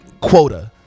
quota